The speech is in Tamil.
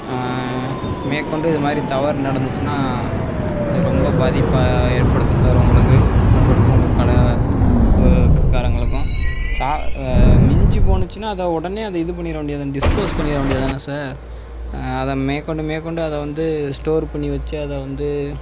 மேற்கொண்டு இது மாதிரி தவறு நடந்துச்சுன்னால் ரொம்ப பாதிப்பை ஏற்படுத்தும் சார் உங்களுக்கு உங்களுக்கும் உங்கள் கடைக்காரங்களுக்கும் சார் மிஞ்சி போணுச்சுன்னால் அதை உடனே இது பண்ணிட வேண்டியதுதானே டிஸ்போஸ் பண்ணிட வேண்டியதுதானே சார் அதை மேற்கொண்டு மேற்கொண்டு அதை வந்து ஸ்டோர் பண்ணி வச்சு அதை வந்து